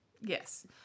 Yes